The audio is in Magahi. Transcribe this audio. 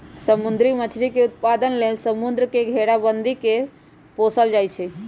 समुद्री मछरी के उत्पादन लेल समुंद्र के घेराबंदी कऽ के पोशल जाइ छइ